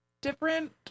different